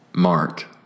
Mark